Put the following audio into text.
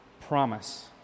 promise